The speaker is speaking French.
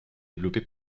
développé